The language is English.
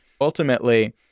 Ultimately